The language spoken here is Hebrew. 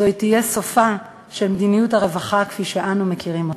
זה יהיה סופה של מדיניות הרווחה כפי שאנו מכירים אותה.